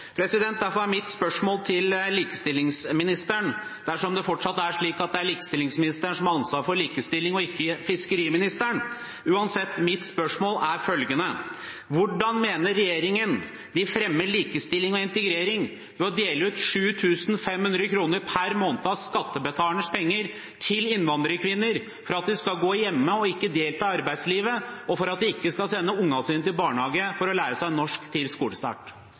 Derfor er mitt spørsmål til likestillingsministeren – dersom det fortsatt er slik at det er likestillingsministeren som har ansvaret for likestilling, og ikke fiskeriministeren: Hvordan mener regjeringen den fremmer likestilling og integrering ved å dele ut 7 500 kr per måned av skattebetalernes penger til innvandrerkvinner for at de skal gå hjemme og ikke delta i arbeidslivet, og for at de ikke skal sende ungene sine til barnehagen for å lære seg norsk til skolestart?